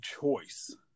choice